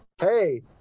Hey